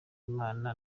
imana